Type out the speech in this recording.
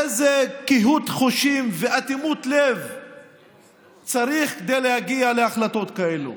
אילו קהות חושים ואטימות לב צריך כדי להגיע להחלטות כאלה.